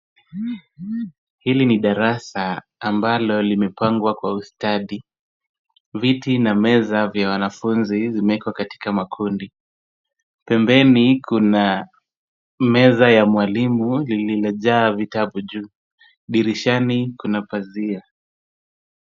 Hili ni darasa ambalo limepangwa kwa ustadi. Viti na meza vya wanafunzi vimeekwa katika makundi. Pembeni kuna meza ya mwalimu lililojaa vitabu juu. Dirishani kuna pazia.